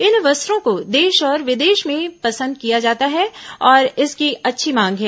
इन वस्त्रों को देश और विदेश में पसंद किया जाता है और इसकी अच्छी मांग है